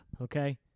okay